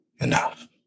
enough